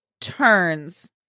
turns